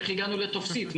איך הגענו לטופסית?